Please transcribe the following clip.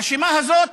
הרשימה הזאת